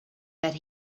that